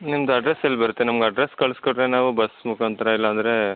ನಿಮ್ದು ಅಡ್ರಸ್ ಎಲ್ಲಿ ಬರುತ್ತೆ ನಮಗೆ ಅಡ್ರಸ್ ಕಳ್ಸಿ ಕೊಟ್ಟರೆ ನಾವು ಬಸ್ ಮುಖಾಂತರ ಇಲ್ಲಾಂದರೆ